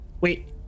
Wait